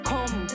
Come